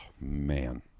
man